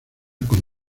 con